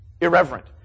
irreverent